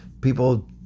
people